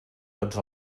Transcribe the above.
tots